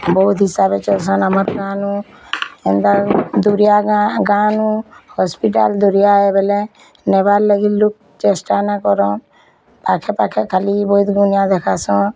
ବହୁତ ହିସାବେ ଚଲ୍ସନ୍ ଆମର ଗାଁନୁ ଏନ୍ତା ଦୂରିଆ ଗାଁ ଗାଁନୁ ହସ୍ପିଟାଲ୍ ବୁରିଆ ହୋଇ ଗଲେ ନେବାର୍ ଲାଗି ଲୋକ୍ ଚେଷ୍ଟା ନା କରନ୍ ପାଖେ ପାଖେ ଖାଲି ବୈଦ୍ୟ ଗୁଣିଆ ଦେଖାସନ୍